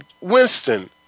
Winston